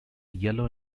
yellow